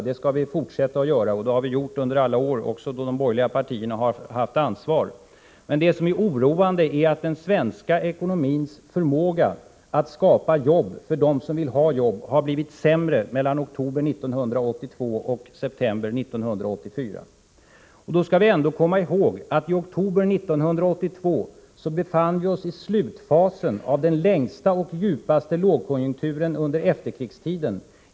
Det skall vi fortsätta att göra. Det har vi gjort under alla år, också då de borgerliga partierna hade ansvaret. Men det som är oroande är att den svenska ekonomins förmåga att skapa jobb för dem som vill ha jobb har blivit sämre mellan oktober 1982 och september 1984. Då skall vi ändå komma ihåg att vi i oktober 1982 befann oss i slutfasen av den längsta och djupaste lågkonjunkturen under efterkrigstiden.